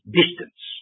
distance